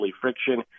friction